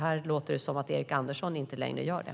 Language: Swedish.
Här låter det ju som om Erik Andersson inte längre gör det.